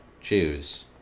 Jews